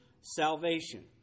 salvation